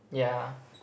ya